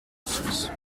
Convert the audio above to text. uses